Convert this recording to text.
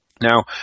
Now